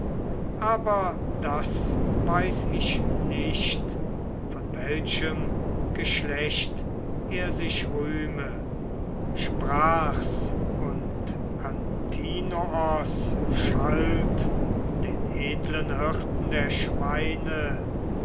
aber das weiß ich nicht von welchem geschlecht er sich rühme sprach's und antinoos schalt den edlen hirten der schweine